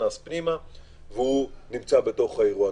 נכנסים פנימה ונמצאים בתוך האירוע.